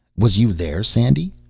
was you there, sandy?